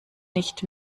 nicht